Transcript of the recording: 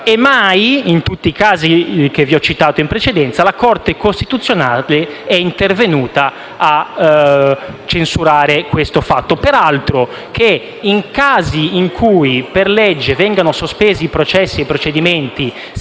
e mai, in tutti i casi che vi ho citato in precedenza, la Corte costituzionale è intervenuta a censurare il fatto. Peraltro, nei casi in cui per legge vengono sospesi i processi e procedimenti